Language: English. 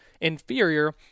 inferior